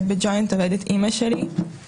ובג'וינט עובדת אימא שלי,